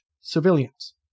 civilians